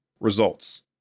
Results